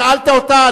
שאלת אותה,